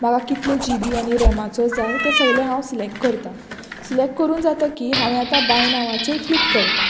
म्हाका कितले जीबी आनी रॅमाचो जाय तें सगलें हांव सिलेक्ट करतां सिलेक्ट करून जाता की हांवें आतां बाय नावाचेर क्लिक करतां